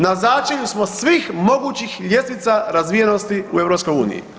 Na začelju smo svih mogućih ljestvica razvijenosti u EU.